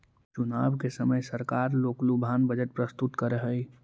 चुनाव के समय सरकार लोकलुभावन बजट प्रस्तुत करऽ हई